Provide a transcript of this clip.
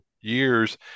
years